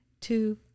Two